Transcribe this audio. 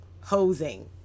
hosing